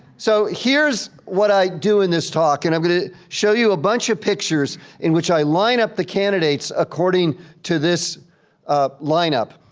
so here's what i do in this talk. and i'm gonna show you a bunch of pictures in which i line up the candidates according to this lineup.